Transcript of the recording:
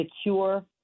secure